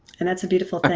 and that's a beautiful